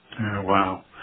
Wow